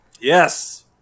Yes